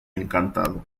encantado